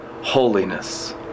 holiness